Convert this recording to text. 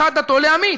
אחת דתו להמית.